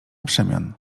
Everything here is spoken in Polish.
przemian